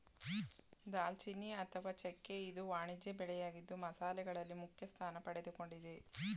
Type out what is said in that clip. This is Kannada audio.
ದಾಲ್ಚಿನ್ನಿ ಅಥವಾ ಚೆಕ್ಕೆ ಇದು ವಾಣಿಜ್ಯ ಬೆಳೆಯಾಗಿದ್ದು ಮಸಾಲೆಗಳಲ್ಲಿ ಮುಖ್ಯಸ್ಥಾನ ಪಡೆದುಕೊಂಡಿದೆ